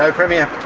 ah premier.